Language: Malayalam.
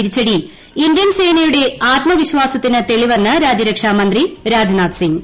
തിരിച്ചടി ഇന്ത്യൻ സ്നേനയുടെ ആത്മവിശ്വാസത്തിന് തെളിവെന്ന് രാജീർക്ഷാമന്ത്രി രാജ്നാഥ് സിങ്ങ്